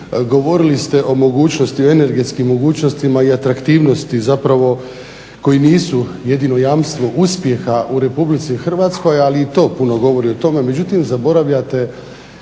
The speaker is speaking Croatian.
govorili ste o energetskim mogućnostima i atraktivnosti koje nisu jedino jamstvo uspjeha u RH ali i to puno govori o tome, međutim zaboravljate